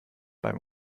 beim